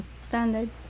Standard